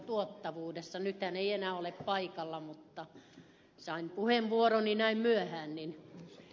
nyt hän ei enää ole paikalla kun sain puheenvuoroni näin myöhään